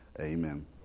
Amen